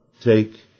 Take